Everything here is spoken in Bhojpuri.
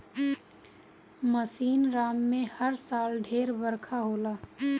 मासिनराम में हर साल ढेर बरखा होला